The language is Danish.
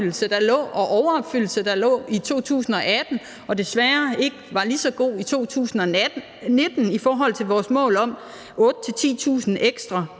– og overopfyldelse – der lå i 2018, som desværre ikke var så god i 2019, i forhold til vores mål om 8.000-10.000 ekstra